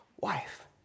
wife